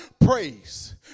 praise